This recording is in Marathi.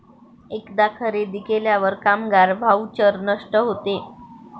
एकदा खरेदी केल्यावर कामगार व्हाउचर नष्ट होते